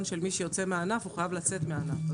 של מי שיוצא מהענף הוא חייב לצאת מהענף.